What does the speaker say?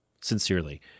sincerely